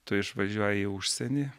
tu išvažiuoji į užsienį